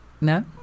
No